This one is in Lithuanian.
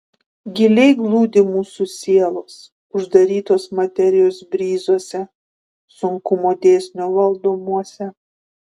giliai glūdi mūsų sielos uždarytos materijos bryzuose sunkumo dėsnio valdomuose